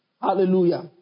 Hallelujah